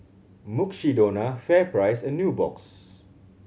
Mukshidonna FairPrice and Nubox